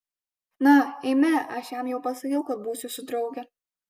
na eime aš jam jau pasakiau kad būsiu su drauge